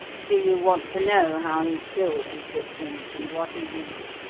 do you want to know how he killed his victims, and what he used?